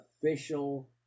official